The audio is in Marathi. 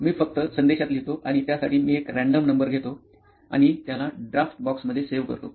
मी फक्त संदेशात लिहितो आणि त्या साठी मी एक रँडंम नंबर घेतो आणि त्याला ड्राफ्ट बॉक्स मध्ये सेव्ह करतो